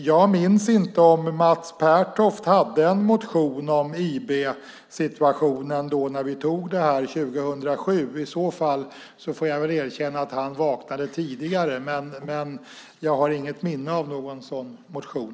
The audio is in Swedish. Jag minns inte om Mats Pertoft hade en motion om IB-situationen när vi fattade det här beslutet 2007. I så fall får jag väl erkänna att han vaknade tidigare, men jag har inget minne av någon sådan motion.